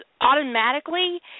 automatically